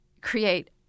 create